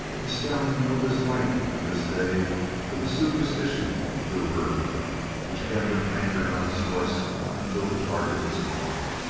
the stallion owed his life on this day to the superstition of lew hervey which kept him anchored on his horse until the target was gone.